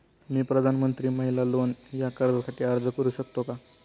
मी प्रधानमंत्री महिला लोन या कर्जासाठी अर्ज करू शकतो का?